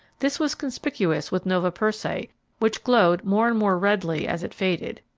this was conspicuous with nova persei which glowed more and more redly as it faded,